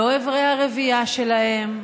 לא איברי הרבייה שלהם,